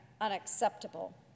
unacceptable